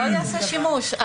לא ייעשה שימוש.